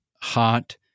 hot